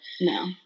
no